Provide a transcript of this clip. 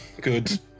good